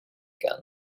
again